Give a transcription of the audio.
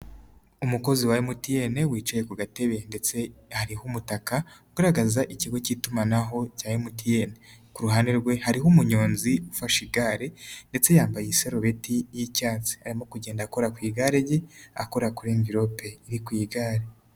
Umukozi wa MTN wicaye ku gatebe ndetse hariho umutaka ugaragaza ikigo cy'itumanaho cya MTN, ku ruhande rwe hariho umunyonzi ufashe igare ndetse yambaye isarubeti y'icyatsi, arimo kugenda akora ku igare rye, akora kuri mvirope iri ku igare.